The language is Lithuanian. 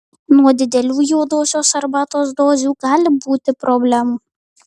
nuo didelių juodosios arbatos dozių gali būti problemų